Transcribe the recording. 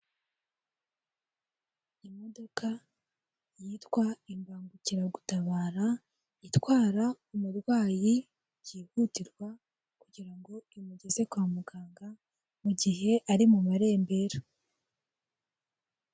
Imodoka yitwa imbangukiragutabara, itwara umurwayi byihutirwa kugira ngo imugeze kwa muganga, mu gihe ari mu marembera.